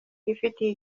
yifitiye